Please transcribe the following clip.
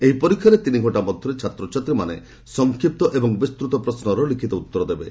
ଏହି ପରୀକ୍ଷାରେ ତିନି ଘଣ୍ଟା ମଧ୍ୟରେ ଛାତ୍ରଛାତ୍ରୀମାନେ ସଂକ୍ଷିପ୍ତ ଏବଂ ବିସ୍ତୃତ ପ୍ରଶ୍ରର ଲିଖିତ ଉତ୍ତର ଦେବେ